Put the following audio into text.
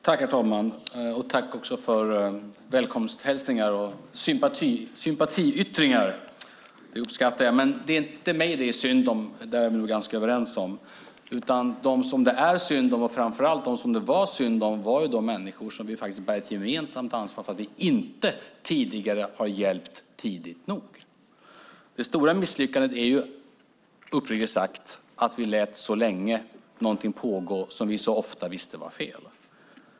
Herr talman! Jag tackar för välkomsthälsningar och sympatiyttringar. Det uppskattar jag. Men det är inte mig som det är synd om. Det är vi nog ganska överens om. Dem som det är synd om, och framför allt dem som det var synd om, var de människor som vi faktiskt bär ett gemensamt ansvar för att vi inte tidigare har hjälpt tidigt nog. Det stora misslyckandet är, uppriktigt sagt, att vi så länge lät någonting pågå som vi så ofta visste var fel.